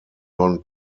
john